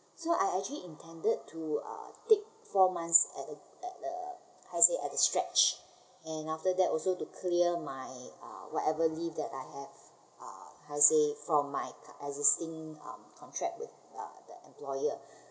so I actually intended to uh take four months at a at the how to say at a stretch and after that also to clear my uh whatever leave that I have uh how to say from my existing um contract with uh the employer